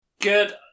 Good